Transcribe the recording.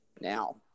now